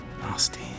Nasty